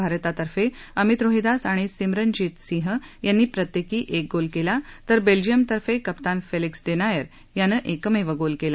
भारतातर्फे अमित रोहिदास आणि सिमरनजीत सिंह यांनी प्रत्येकी एक गोल केला तर बेल्जियमतर्फे कप्तान फेलिक्स डेनायर यानं एकमेव गोल केला